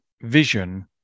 vision